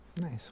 nice